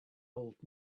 old